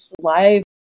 live